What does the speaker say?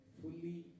fully